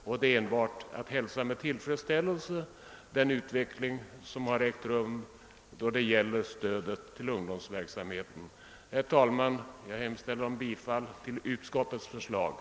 Man kan enbart med tillfredsställelse hälsa den utveckling som har ägt rum när det gäller stödet till ungdomsverksamheten. Herr talman! Jag yrkar bifall till utskottets hemställan.